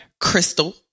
Crystal